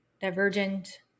Divergent